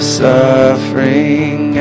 suffering